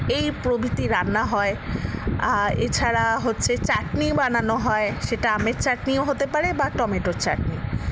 এই প্রভৃতি রান্না হয় এছাড়া হচ্ছে চাটনি বানানো হয় সেটা আমের চাটনিও হতে পারে বা টমেটোর চাটনি